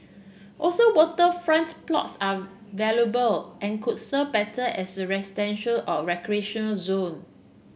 also waterfronts plots are valuable and could serve better as the residential or recreational zone